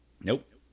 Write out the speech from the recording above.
Nope